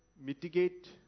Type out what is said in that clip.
mitigate